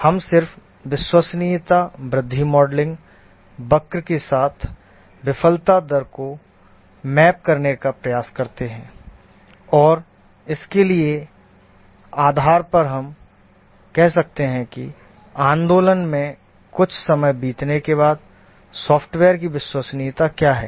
हम सिर्फ विश्वसनीयता वृद्धि मॉडलिंग वक्र के साथ विफलता दर को मैप करने का प्रयास करते हैं और इसके आधार पर हम कह सकते हैं कि आंदोलन में कुछ समय बीतने के बाद सॉफ्टवेयर की विश्वसनीयता क्या है